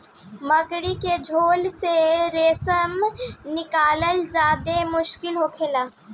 मकड़ी के झोल से रेशम निकालल ज्यादे मुश्किल होखेला